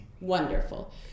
Wonderful